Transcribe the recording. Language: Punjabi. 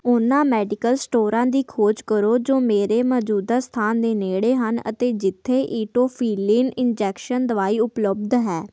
ਉਹਨਾਂ ਮੈਡੀਕਲ ਸਟੋਰਾਂ ਦੀ ਖੋਜ ਕਰੋ ਜੋ ਮੇਰੇ ਮੌਜੂਦਾ ਸਥਾਨ ਦੇ ਨੇੜੇ ਹਨ ਅਤੇ ਜਿੱਥੇ ਈਟੋਫਿਲਿਨ ਇੰਜੈਕਸ਼ਨ ਦਵਾਈ ਉਪਲੱਬਧ ਹੈ